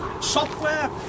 Software